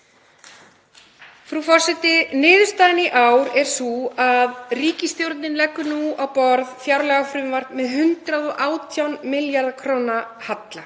Frú forseti. Niðurstaðan í ár er sú að ríkisstjórnin leggur nú á borð fjárlagafrumvarp með 118 milljarða kr. halla.